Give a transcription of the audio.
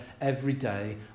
everyday